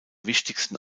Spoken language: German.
wichtigsten